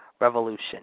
Revolution